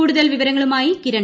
കൂടുതൽ വിവരങ്ങളുമായിട്ടകിരൺ